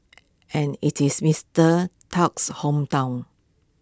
and IT is Mister Tusk's hometown